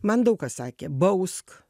man daug kas sakė bausk